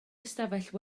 ystafell